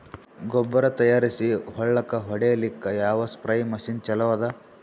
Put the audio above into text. ಗೊಬ್ಬರ ತಯಾರಿಸಿ ಹೊಳ್ಳಕ ಹೊಡೇಲ್ಲಿಕ ಯಾವ ಸ್ಪ್ರಯ್ ಮಷಿನ್ ಚಲೋ ಅದ?